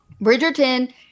Bridgerton